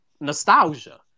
nostalgia